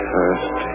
First